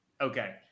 Okay